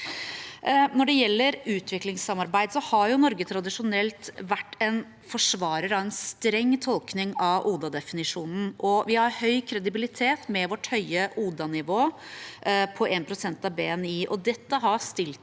Når det gjelder utviklingssamarbeid, har Norge tradisjonelt vært en forsvarer av en streng tolkning av ODA-definisjonen, og vi har høy kredibilitet med vårt høye ODA-nivå på 1 pst. av BNI. Dette har stilt